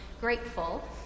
Grateful